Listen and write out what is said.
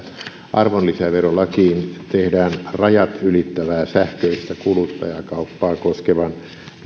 arvonlisäverolakiin tehdään rajat ylittävää sähköistä kuluttajakauppaa koskevan